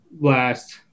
Last